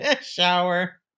shower